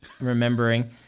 remembering